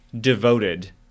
devoted